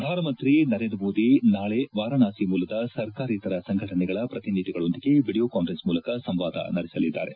ಪ್ರಧಾನಮಂತ್ರಿ ನರೇಂದ್ರ ಮೋದಿ ನಾಳೆ ವಾರಣಾಸಿ ಮೂಲದ ಸರ್ಕಾರೇತರ ಸಂಘಟನೆಗಳ ಪ್ರತಿನಿಧಿಗಳೊಂದಿಗೆ ವಿಡಿಯೋ ಕಾನ್ವರೆನ್ಸ್ ಮೂಲಕ ಸಂವಾದ ನಡೆಸಲಿದ್ದಾರೆ